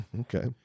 Okay